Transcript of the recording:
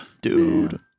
dude